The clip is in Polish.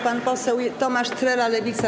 Pan poseł Tomasz Trela, Lewica.